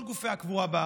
כל גופי הקבורה בארץ,